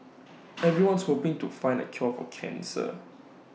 everyone's hoping to find the cure for cancer